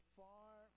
far